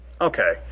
Okay